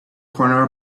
corner